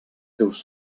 seus